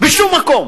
בשום מקום.